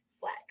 Black